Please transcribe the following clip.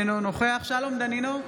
אינו נוכח שלום דנינו,